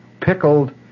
pickled